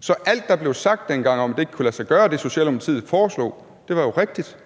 Så alt, der blev sagt dengang, om, at det ikke kunne lade sig gøre, hvad Socialdemokratiet foreslog, var jo rigtigt.